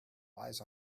lies